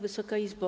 Wysoka Izbo!